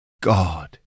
God